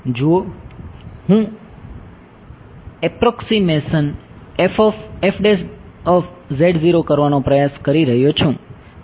જુઓ હું એપ્રોક્સીમેશન કરવાનો પ્રયાસ કરી રહ્યો છું